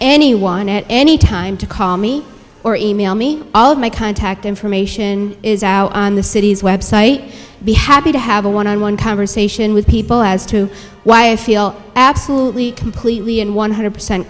anyone at any time to call me or email me all of my contact information on the city's web site be happy to have a one on one conversation with people as to why i feel absolutely completely and one hundred percent